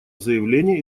заявление